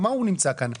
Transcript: איפה הוא נמצא כאן?